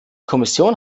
kommission